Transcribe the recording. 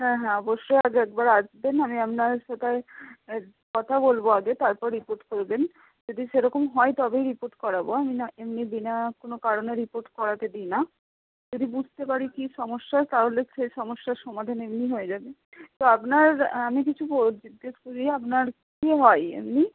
হ্যাঁ হ্যাঁ অবশ্যই আজ একবার আসবেন আমি আপনার সাথে কথা বলবো আগে তারপর রিপোর্ট করবেন যদি সেরকম হয় তবেই রিপোর্ট করাবো এমনি বিনা কোনো কারণে রিপোর্ট করাতে দিই না যদি বুঝতে পারি কি সমস্যা তাহলে সে সমস্যার সমাধান এমনি হয়ে যাবে তো আপনার আমি কিছু করি কি হয় এমনি